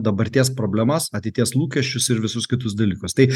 dabarties problemas ateities lūkesčius ir visus kitus dalykus tai